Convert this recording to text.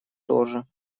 тоже